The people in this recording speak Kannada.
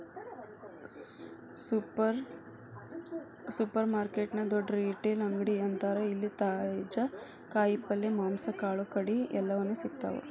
ಸೂಪರ್ರ್ಮಾರ್ಕೆಟ್ ನ ದೊಡ್ಡ ರಿಟೇಲ್ ಅಂಗಡಿ ಅಂತಾರ ಇಲ್ಲಿ ತಾಜಾ ಕಾಯಿ ಪಲ್ಯ, ಮಾಂಸ, ಕಾಳುಕಡಿ ಎಲ್ಲಾನೂ ಸಿಗ್ತಾವ